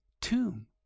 tomb